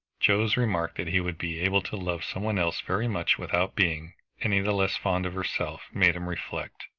joe's remark that he would be able to love some one else very much without being any the less fond of herself made him reflect,